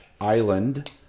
island